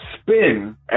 spin